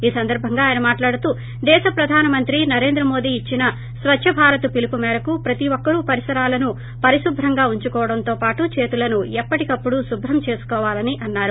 ఈ సందర్భంగా ఆయన మాట్లాడుతూ దేశ ప్రదాన మంత్రి నరేంద్రమోదీ ఇచ్చిన స్వచ్చభారత్ పిలుపు మేరకు ప్రతి ఒక్కరూ పరిశరాలను పరిశుభ్రంతో ఉంచుకోవడంతో పాటు చేతులను ఎప్పటికప్పుడు శుభ్రం చేసుకోవాలని అన్నారు